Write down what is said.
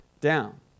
down